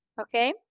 Okay